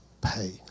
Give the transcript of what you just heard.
pay